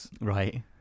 right